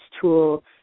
tool